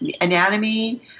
anatomy